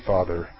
Father